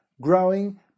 growing